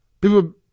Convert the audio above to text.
People